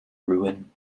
ruin